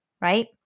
right